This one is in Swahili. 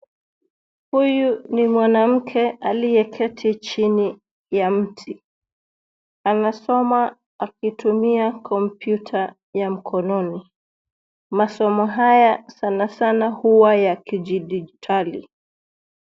Huyu ni mwanamke aliyeketi chini ya mti. Anasoma akitumia kompyuta ya mkononi. Masomo haya sana sana huwa ya kidijitali.